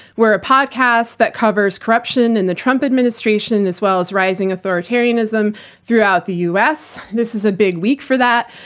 we're a podcast that covers corruption in the trump administration, as well as rising authoritarianism throughout the us. this is a big week for that.